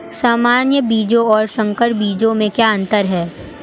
सामान्य बीजों और संकर बीजों में क्या अंतर है?